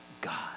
god